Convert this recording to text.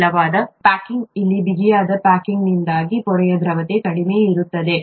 ಸಡಿಲವಾದ ಪ್ಯಾಕಿಂಗ್ನಿಂದಾಗಿ ಇಲ್ಲಿ ಬಿಗಿಯಾದ ಪ್ಯಾಕಿಂಗ್ನಿಂದಾಗಿ ಪೊರೆಯ ದ್ರವತೆ ಕಡಿಮೆ ಇರುತ್ತದೆ